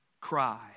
cry